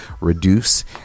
reduce